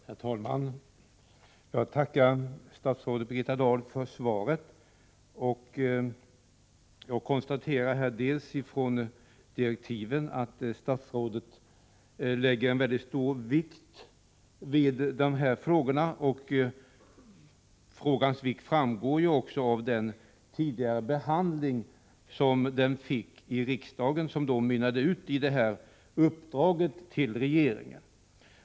Herr talman! Jag tackar statsrådet Birgitta Dahl för svaret. Efter att ha läst direktiven kan jag konstatera att statsrådet lägger mycket stor vikt vid hur energiforskningen framdeles skall utformas. Frågans vikt framgår också av den tidigare behandling som den fick i riksdagen. Denna behandling mynnade ut i uppdraget till regeringen.